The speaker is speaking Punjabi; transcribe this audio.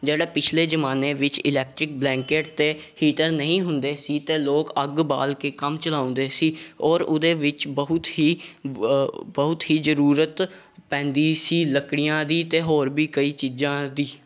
ਜਿਹੜਾ ਪਿਛਲੇ ਜਮਾਨੇ ਵਿੱਚ ਇਲੈਕਟ੍ਰਿਕ ਬਲੈਂਕਿਟ ਅਤੇ ਹੀਟਰ ਨਹੀਂ ਹੁੰਦੇ ਸੀ ਅਤੇ ਲੋਕ ਅੱਗ ਬਾਲ ਕੇ ਕੰਮ ਚਲਾਉਂਦੇ ਸੀ ਔਰ ਉਹਦੇ ਵਿੱਚ ਬਹੁਤ ਹੀ ਬ ਬਹੁਤ ਹੀ ਜ਼ਰੂਰਤ ਪੈਂਦੀ ਸੀ ਲੱਕੜੀਆਂ ਦੀ ਅਤੇ ਹੋਰ ਵੀ ਕਈ ਚੀਜ਼ਾਂ ਦੀ